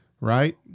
right